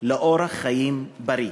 לאורח חיים בריא.